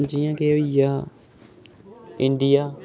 जियां कि होई गेआ इंडिया